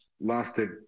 lasted